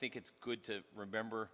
think it's good to remember